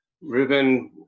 Ruben